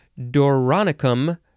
doronicum